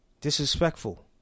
Disrespectful